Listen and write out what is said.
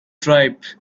tribes